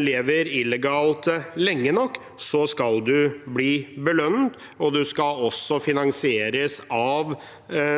lever illegalt lenge nok, skal man bli belønnet, og man skal også finansieres av